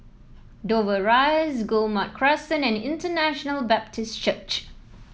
Dover Rise Guillemard Crescent and International Baptist Church